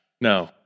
No